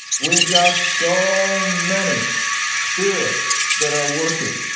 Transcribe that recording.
weve got so many spirits that are working.